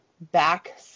back